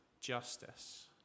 justice